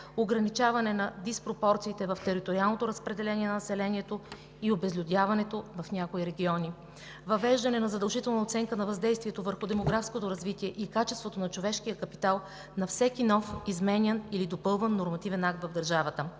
ограничаване на диспропорциите в териториалното разпределение на населението и обезлюдяването в някои региони; въвеждане на задължителна оценка на въздействието върху демографското развитие и качеството на човешкия капитал на всеки нов изменян или допълван нормативен акт в държавата.